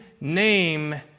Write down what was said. name